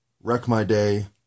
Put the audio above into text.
wreck-my-day